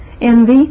envy